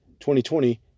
2020